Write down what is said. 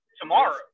Tomorrow